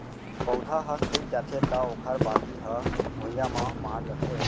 पउधा ह सूत जाथे त ओखर बाली ह भुइंया म माढ़ जाथे